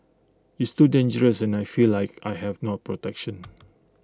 it's too dangerous and I feel like I have no protection